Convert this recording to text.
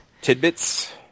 Tidbits